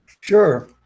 Sure